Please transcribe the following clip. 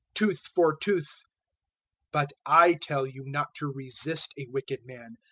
tooth for tooth but i tell you not to resist a wicked man,